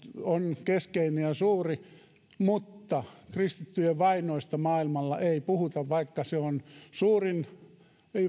on keskeinen ja suuri mutta kristittyjen vainoista maailmalla ei puhuta vaikka se on suurin